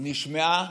נשמעה